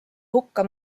hukka